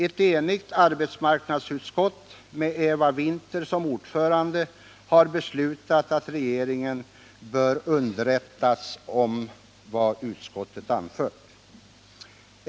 Ett enigt arbetsmarknadsutskott med Eva Winther som ordförande har beslutat att regeringen skall underrättas om vad utskottet anfört.